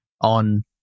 on